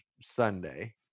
Sunday